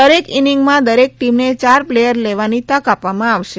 દરેક ઇનિંગમાં દરેક ટીમને ચાર પ્લેયર લેવાની તક આપવામાં આવશે